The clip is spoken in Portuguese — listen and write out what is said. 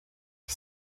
que